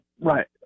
Right